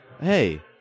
hey